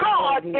God